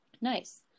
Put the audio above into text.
Nice